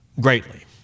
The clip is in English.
greatly